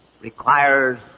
requires